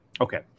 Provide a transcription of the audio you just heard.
Okay